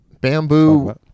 Bamboo